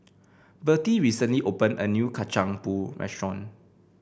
Vertie recently opened a new Kacang Pool restaurant